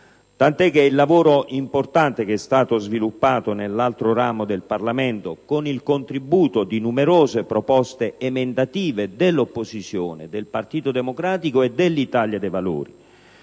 tant'è che il lavoro importante sviluppato nell'altro ramo del Parlamento, con il contributo di numerose proposte emendative dell'opposizione, del Partito Democratico e dell'Italia dei Valori,